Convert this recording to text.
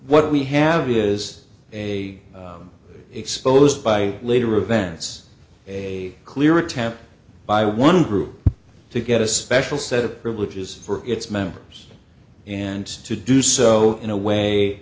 what we have is a exposed by later events a clear attempt by one group to get a special set of privileges for its members and to do so in a way